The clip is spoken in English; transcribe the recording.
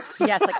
Yes